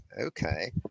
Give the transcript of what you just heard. okay